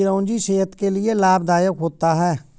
चिरौंजी सेहत के लिए लाभदायक होता है